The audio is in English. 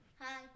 Hi